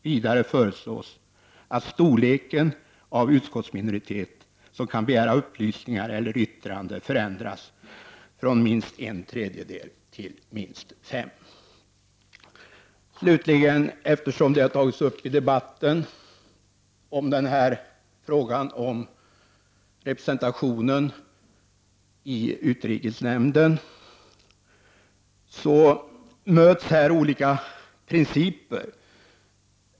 Vidare föreslås att storleken av utskottsminoritet som kan begära upplysningar eller yttrande förändras från minst en tredjedel till minst fem. Jag vill också något kommentera frågan om representationen i utrikesnämnden eftersom detta har tagits upp i debatten. Här möts olika principer.